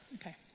Okay